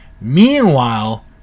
Meanwhile